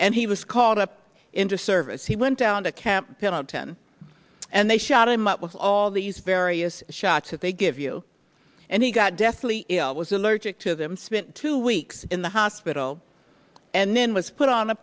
and he was called up into service he went down to camp pendleton and they shot him up with all these various shots if they give you and he got deathly ill was allergic to them spent two weeks in the hospital and then was put on a